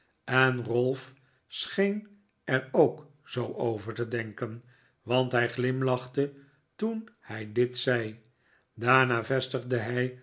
en ralph scheen er ook zoo over te denken want hij glimlachte toen hij dit zei daarna vestigde hij